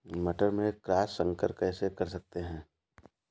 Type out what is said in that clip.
मटर में क्रॉस संकर कैसे कर सकते हैं?